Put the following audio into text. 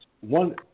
one